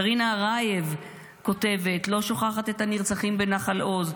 קרינה ארייב כותבת: לא שוכחת את הנרצחים בנחל עוז,